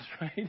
right